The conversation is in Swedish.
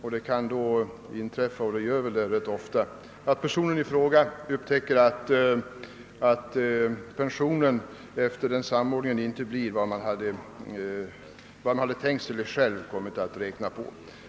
Vederbörande upptäcker då rätt ofta att pensionen efter denna samordning inte blir den han räknat med.